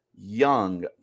young